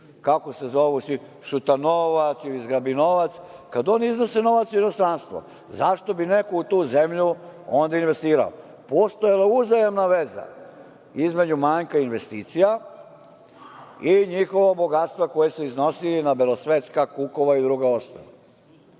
kako se zovu svi Šutanovac ili zgrabinovac, kada oni iznose novac u inostranstvo. Zašto bi neko u tu zemlju, onda investirao. Postojala je uzajamna veze, između manjka investicija i njihovog bogatstva, koja su iznosili na belosvetska, kukova i druga ostrva.